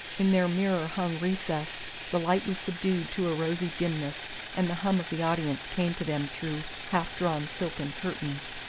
in their mirror-hung recess the light was subdued to a rosy dimness and the hum of the audience came to them through half-drawn silken curtains.